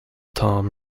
tom